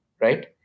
right